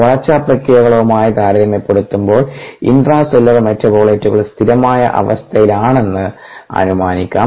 വളർച്ചാ പ്രക്രിയകളുമായി താരതമ്യപ്പെടുത്തുമ്പോൾ ഇൻട്രാസെല്ലുലാർ മെറ്റബോളിറ്റുകൾ സ്ഥിരമായ അവസ്ഥയിലാണെന്ന് അനുമാനിക്കാം